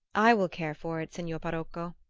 i will care for it, signor parocco.